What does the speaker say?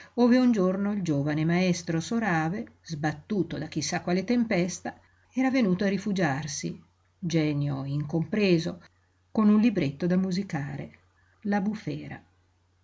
ove un giorno il giovane maestro sorave sbattuto da chi sa quale tempesta era venuto a rifugiarsi genio incompreso con un libretto da musicare la bufera